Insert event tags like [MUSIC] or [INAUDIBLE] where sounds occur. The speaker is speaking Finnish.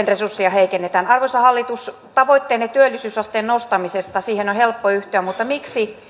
[UNINTELLIGIBLE] resursseja heikennetään arvoisa hallitus tavoitteeseenne työllisyysasteen nostamisesta on helppo yhtyä mutta miksi